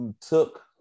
took